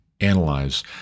analyze